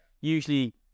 Usually